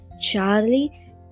Charlie